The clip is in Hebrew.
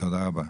תודה רבה.